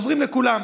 עוזרים לכולם.